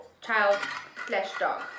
child-slash-dog